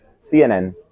CNN